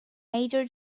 major